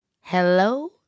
Hello